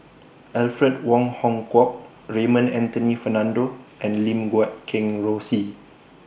Alfred Wong Hong Kwok Raymond Anthony Fernando and Lim Guat Kheng Rosie